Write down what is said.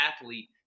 athlete